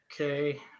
Okay